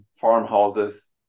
farmhouses